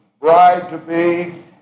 bride-to-be